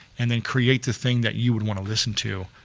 and then create the thing that you would wanna listen to,